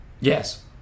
yes